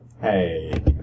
Hey